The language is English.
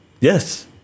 Yes